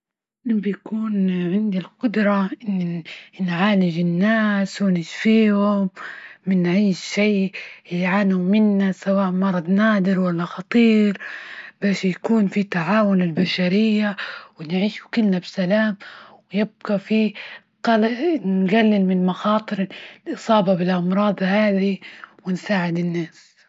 لما بيكون عندي القدرة إني عالج الناس ونشفيهم من أي شيء يعانوا منه سواء مرض نادر ولا خطير، باش يكون في تعاون البشرية، ونعيشوا كلنا بسلام ، ويبقى في نجلل من مخاطر الإصابة من أمراض عالي ونساعد الناس.